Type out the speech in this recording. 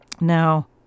Now